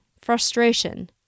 frustration